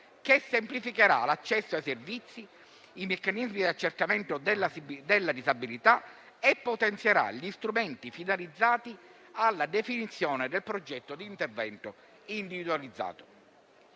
che semplificherà l'accesso ai servizi, i meccanismi di accertamento della disabilità e potenzierà gli strumenti finalizzati alla definizione del progetto di intervento individualizzato.